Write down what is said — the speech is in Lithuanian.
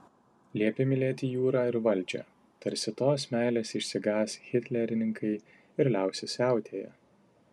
liepė mylėti jūrą ir valdžią tarsi tos meilės išsigąs hitlerininkai ir liausis siautėję